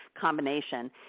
combination